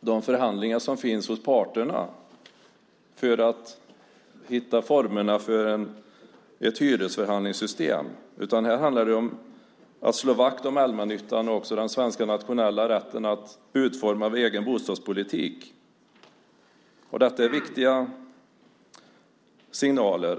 de förhandlingar som finns hos parterna för att hitta formerna för ett hyresförhandlingssystem. Här handlar det om att slå vakt om allmännyttan och den svenska, den nationella, rätten att utforma en egen bostadspolitik. Det här är viktiga signaler.